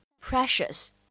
precious